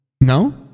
no